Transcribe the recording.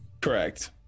correct